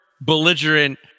belligerent